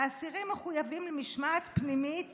האסירים מחויבים למשמעת פנימית